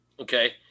Okay